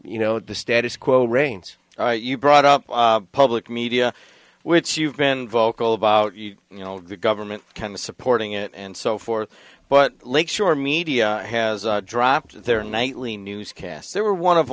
you know the status quo remains you brought up a public media which you've been vocal about you know the government kind of supporting it and so forth but lakeshore media has dropped their nightly newscasts they were one of